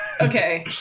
Okay